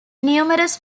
numerous